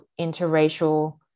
interracial